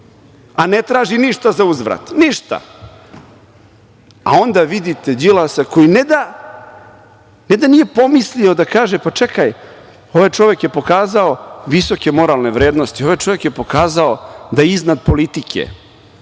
a ne traži ništa zauzvrat. Ništa.A onda vidite Đilasa koji ne da, ne da nije pomislio da kaže – pa čekaj, ovaj čovek je pokazao visoke moralne vrednosti, ovaj čovek je pokazao da iznad politike,